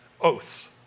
oaths